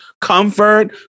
comfort